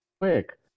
Quick